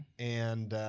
and,